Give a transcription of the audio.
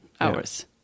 hours